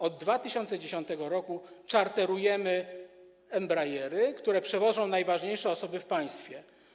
Od 2010 r. czarterujemy embraery, które przewożą najważniejsze osoby w państwie.